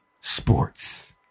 Sports